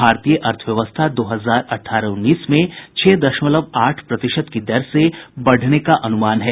भारतीय अर्थव्यवस्था दो हजार अठारह उन्नीस में छह दशमलव आठ प्रतिशत की दर से बढ़ने का अनुमान है